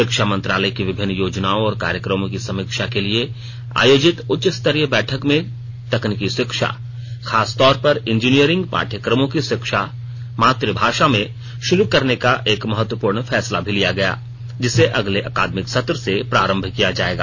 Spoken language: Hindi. शिक्षा मंत्रालय की विभिन्न योजनाओं और कार्यक्रमों की समीक्षा के लिए आयोजित उच्चस्तरीय बैठक में तकनीकी शिक्षा खासतौर पर इंजीनियंरिंग पाठ्यक्रमों की शिक्षा मातुभाषा में शुरू करने का एक महत्वपूर्ण फैसला भी लिया गया जिसे अगले अकादमिक सत्र से प्रारंभ किया जाएगा